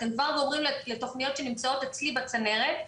אתם כבר גורמים לתכניות שנמצאות אצלי בצנרת,